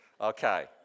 Okay